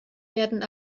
werden